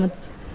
ಮತ್ತು